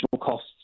costs